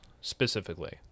specifically